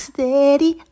Steady